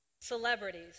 celebrities